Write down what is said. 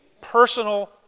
personal